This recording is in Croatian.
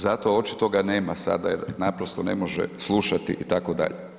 Zato očito ga nema sada jer naprosto ne može slušati itd.